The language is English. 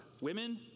Women